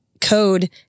code